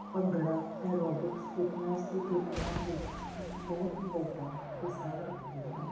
bhangra aerobics fitness ਦੀ ਦੁਨੀਆਂ ਵਿੱਚ ਇੱਕ ਬਹੁਤ ਵੱਡਾ ਹਿੱਸਾ ਰੱਖਦੇ ਹਨ